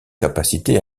capacité